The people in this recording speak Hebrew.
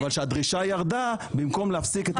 אבל כשהדרישה ירדה, במקום להפסיק את